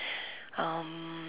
um